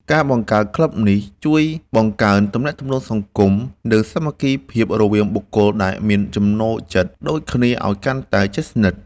ការបង្កើតក្លឹបនេះ ជួយបង្កើនទំនាក់ទំនងសង្គម និងសាមគ្គីភាពរវាងបុគ្គលដែលមានចំណូលចិត្តដូចគ្នាឱ្យកាន់តែជិតស្និទ្ធ។